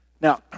Now